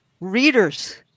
readers